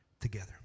together